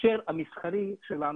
ה-share המסחרי שלנו,